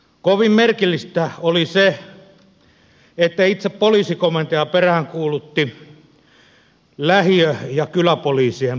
kovin merkillistä oli se että itse poliisikomentaja peräänkuulutti lähiö ja kyläpoliisien perustamista